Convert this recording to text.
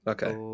Okay